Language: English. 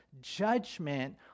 judgment